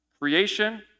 Creation